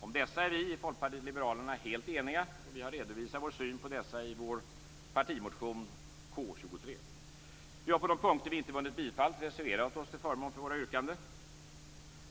Om dessa är vi i Folkpartiet liberalerna helt eniga, och vi har redovisat vår syn på dessa i vår partimotion K23. Vi har på de punkter vi inte vunnit bifall reserverat oss till förmån för våra yrkanden.